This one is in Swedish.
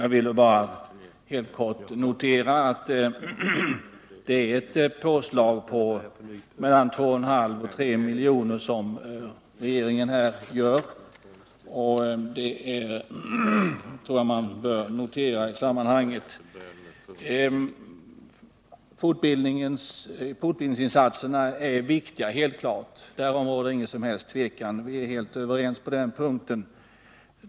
Jag vill därför bara helt kort notera att det är ett påslag på mellan 2,5 och 3 milj.kr. som regeringen föreslår. Detta tycker jag att man bör notera i sammanhanget. Det är helt klart att fortbildningsinsatserna är viktiga, därom råder inget som helst tvivel, utan vi är helt överens på den punkten.